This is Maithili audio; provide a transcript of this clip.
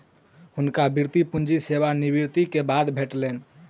हुनका वृति पूंजी सेवा निवृति के बाद भेटलैन